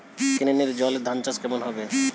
কেনেলের জলে ধানচাষ কেমন হবে?